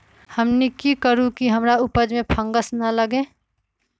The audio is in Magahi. हमनी की करू की हमार उपज में फंगस ना लगे?